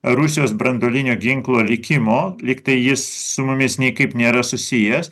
rusijos branduolinio ginklo likimo lygtai jis su mumis niekaip nėra susijęs